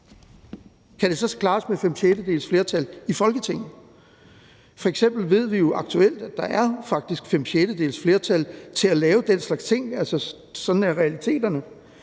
Kan det så klares med fem sjettedeles flertal i Folketinget? Vi ved jo f.eks. aktuelt, at der faktisk er fem sjettedels flertal til at lave den slags ting, altså sådan er realiteterne.